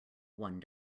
one